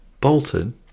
Bolton